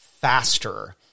faster